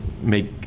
make